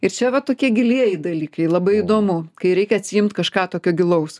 ir čia va tokie gilieji dalykai labai įdomu kai reikia atsiimt kažką tokio gilaus